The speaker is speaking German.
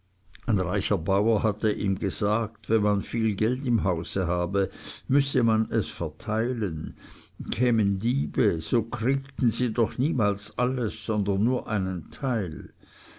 ein reicher bauer hatte ihm gesagt wenn man viel geld im hause habe müsse man es verteilen kämen diebe so kriegten sie doch niemals alles sondern nur einen teil